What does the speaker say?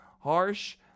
Harsh